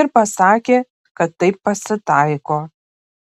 ir pasakė kad taip pasitaiko